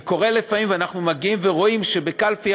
וקורה לפעמים שאנחנו מגיעים ורואים שבקלפי